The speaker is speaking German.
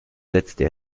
setzte